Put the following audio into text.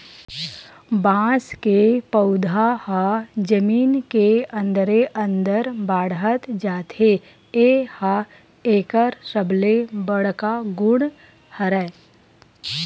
बांस के पउधा ह जमीन के अंदरे अंदर बाड़हत जाथे ए ह एकर सबले बड़का गुन हरय